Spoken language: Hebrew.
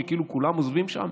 כאילו שכולם עוזבים שם,